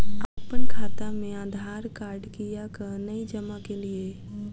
अप्पन खाता मे आधारकार्ड कियाक नै जमा केलियै?